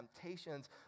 temptations